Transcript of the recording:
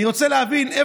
הזאת.